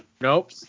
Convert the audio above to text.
nope